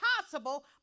possible